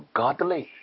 godly